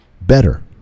Better